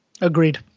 Agreed